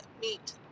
meet